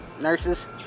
nurses